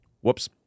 Whoops